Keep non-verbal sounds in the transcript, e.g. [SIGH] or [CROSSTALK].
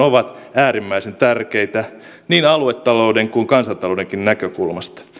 [UNINTELLIGIBLE] ovat äärimmäisen tärkeitä niin aluetalouden kuin kansantaloudenkin näkökulmasta